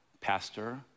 pastor